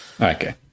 Okay